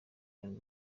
young